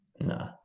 No